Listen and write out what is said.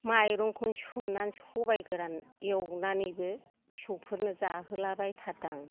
माइरंखौनो सोमनानै सबाइ गोरान एवनानैबो फिसौफोरनो जाहोलाबायथारदां